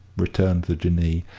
returned the jinnee,